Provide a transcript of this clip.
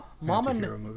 Mama